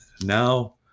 now